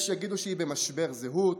יש שיגידו שהיא במשבר זהות